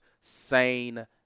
sane